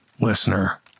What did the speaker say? listener